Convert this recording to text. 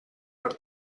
per